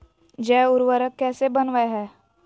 जैव उर्वरक कैसे वनवय हैय?